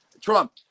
Trump